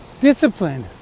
Discipline